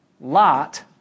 Lot